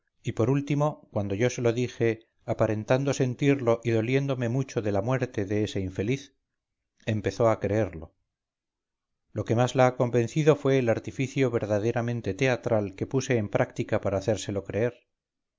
y por último cuando yo se lo dije aparentando sentirlo y doliéndome mucho de la muerte de ese infeliz empezó a creerlo lo que más la ha convencido fue el artificio verdaderamente teatral que puse en práctica para hacérselo creer